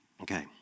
Okay